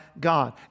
God